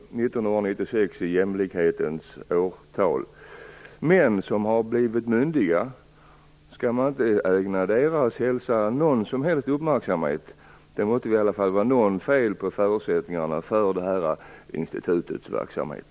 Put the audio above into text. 1996 är jämlikhetens årtal. Skall man inte ägna någon som helst uppmärksamhet åt män som har blivit myndiga och deras hälsa? Det måste vara något fel på förutsättningarna för detta instituts verksamhet.